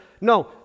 No